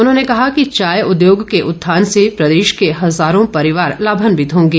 उन्होंने कहा कि चाय उद्योग के उत्थान से प्रदेश के हजारों परिवार लाभान्वित होंगे